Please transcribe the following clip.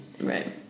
Right